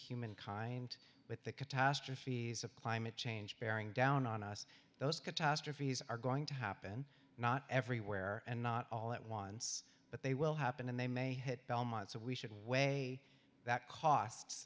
human kind but the catastrophes of climate change bearing down on us those catastrophes are going to happen not everywhere and not all at once but they will happen and they may hit belmont so we should weigh that costs